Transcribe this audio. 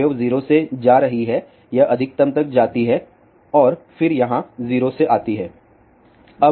wave 0 से जा रही है यह अधिकतम तक जाती है और फिर यहाँ 0 से आती है